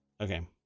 Okay